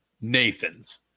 Nathans